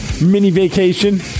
mini-vacation